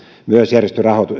myös järjestön